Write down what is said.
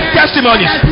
testimonies